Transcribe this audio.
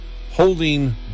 holding